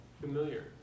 familiar